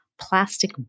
plastic